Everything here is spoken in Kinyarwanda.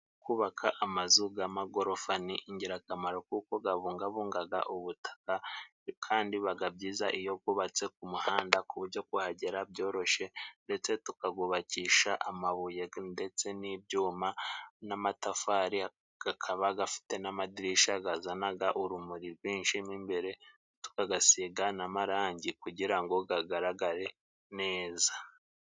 Kubaka amazu g'amagorofa ni ingirakamaro, kuko gabungabungaga ubutaka, kandi bibaga byiza iyo gubatse ku muhanda ku buryo kuhagera byoroshye, ndetse tukagubakisha amabuye ndetse n'ibyuma n'amatafari gakaba gafite n'amadirishya gazanaga urumuri rwinshi mo imbere, tukagasiga n'amarangi kugira ngo gagaragare neza.